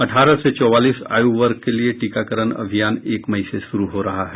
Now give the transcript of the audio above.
अठारह से चौवालीस आयु वर्ग के लिए टीकाकरण अभियान एक मई से शुरू हो रहा है